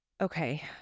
Okay